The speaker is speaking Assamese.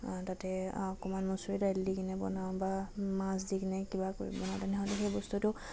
তাতে অকণমান মচুৰি দাইল দি কিনে বনাওঁ বা মাছ দি কিনে কিবা কৰি বনাওঁ তেনেহ'লে সেই বস্তুটো